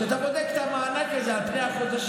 כשאתה בודק את המענק הזה על פני החודשים,